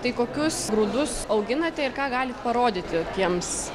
tai kokius grūdus auginate ir ką galit parodyti tiems